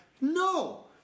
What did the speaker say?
No